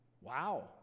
Wow